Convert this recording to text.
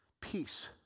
Peace